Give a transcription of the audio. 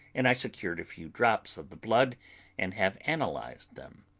and i secured a few drops of the blood and have analysed them.